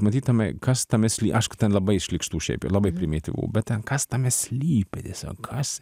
matyt tame kas tame sly aišku ten labai šlykštu šiaip labai primityvu bet ten kas tame slypi tiesiog kas